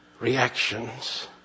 reactions